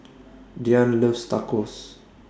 Diane loves Tacos